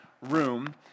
room